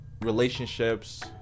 relationships